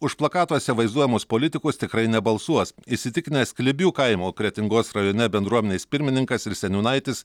už plakatuose vaizduojamus politikus tikrai nebalsuos įsitikinęs klibių kaimo kretingos rajone bendruomenės pirmininkas ir seniūnaitis